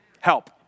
help